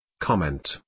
Comment